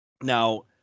Now